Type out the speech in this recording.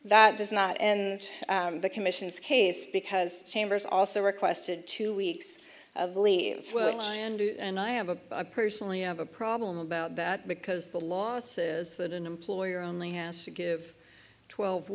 that does not and the commission's case because chambers also requested two weeks of leave and i am a personally i have a problem about that because the law says that an employer only has to give twelve